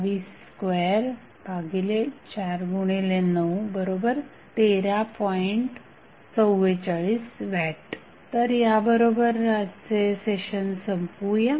44W तर याबरोबर आजचे सेशन संपवूया